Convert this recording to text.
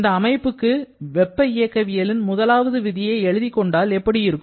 இந்த அமைப்புக்கு வெப்ப இயக்கவியலின் முதலாவது விதியை எழுதிக் கொண்டால் எப்படி இருக்கும்